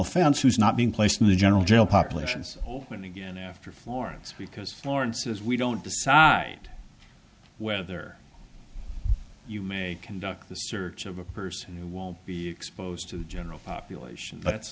offense who's not being placed in the general jail population is open again after florence because florence is we don't decide whether you may conduct the search of a person who will be exposed to the general population but it's